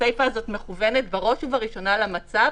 הסיפה הזאת מכוונת בראש ובראשונה למצב